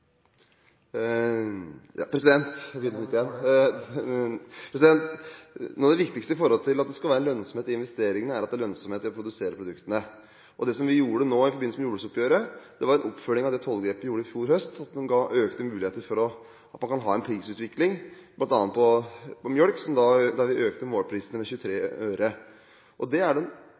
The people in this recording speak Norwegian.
Noe av det viktigste med at det skal være lønnsomhet i investeringene er at det er lønnsomhet i å produsere produktene. Det vi gjorde nå i forbindelse med jordbruksoppgjøret, var en oppfølging av det tollgrepet vi gjorde i fjor høst som ga økte muligheter for at man kan ha en prisutvikling, bl.a. på melk, der vi økte målprisene med 23 øre. Den riktigste måten, mener jeg, å bidra til lønnsomhet i næringen på er